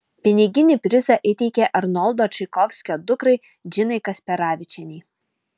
piniginį prizą įteikė arnoldo čaikovskio dukrai džinai kasperavičienei